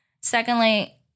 Secondly